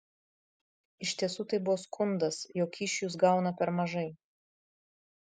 iš tiesų tai buvo skundas jog kyšių jis gauna per mažai